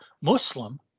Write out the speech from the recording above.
Muslim